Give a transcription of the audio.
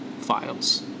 files